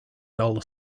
dull